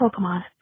Pokemon